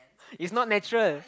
it's not natural